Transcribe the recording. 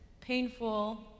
painful